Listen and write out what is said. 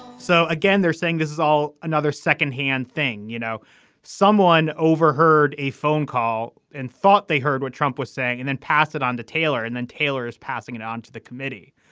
so again they're saying this is all another secondhand thing you know someone overheard a phone call and thought they heard what trump was saying and then pass it on to taylor and then taylor is passing it on to the committee.